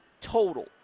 total